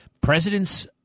presidents